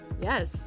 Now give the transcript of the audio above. yes